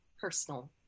personal